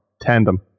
tandem